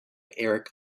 eric